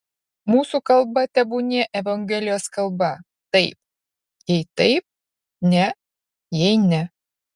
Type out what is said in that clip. mūsų kalba tebūnie evangelijos kalba taip jei taip ne jei ne